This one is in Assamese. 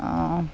অঁ